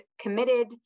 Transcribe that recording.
Committed